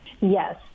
Yes